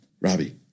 Robbie